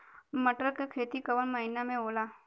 मटर क खेती कवन महिना मे होला?